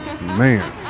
Man